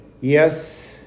Yes